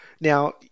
Now